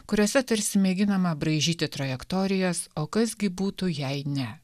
kuriose tarsi mėginama braižyti trajektorijas o kas gi būtų jei ne